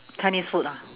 chinese food ah